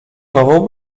nową